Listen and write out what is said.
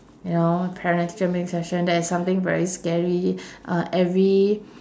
you know parent teacher meeting session that is something very scary uh every